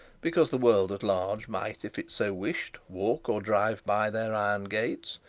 because the world at large might, if it so wished, walk or drive by their iron gates.